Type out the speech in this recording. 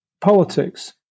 politics